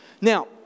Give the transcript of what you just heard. Now